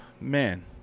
man